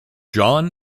jon